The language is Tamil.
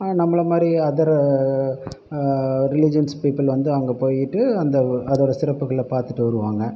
ஆனால் நம்மளை மாதிரி அதர் ரிலிஜியன்ஸ் பீப்புள் வந்து அங்கே போய்ட்டு அந்த அதோட சிறப்புகளை பார்த்துட்டு வருவாங்க